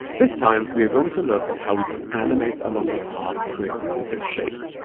this time, we are going to look at how we can animate along a path created with a shape.